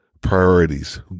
priorities